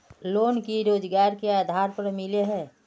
Loan की रोजगार के आधार पर मिले है?